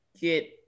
get